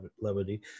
levity